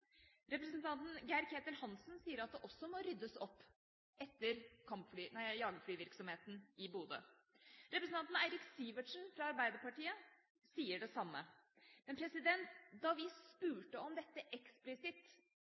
Representanten Geir-Ketil Hansen sier at det også må ryddes opp etter jagerflyvirksomheten i Bodø. Representanten Eirik Sivertsen fra Arbeiderpartiet sier det samme. Men da vi spurte om dette eksplisitt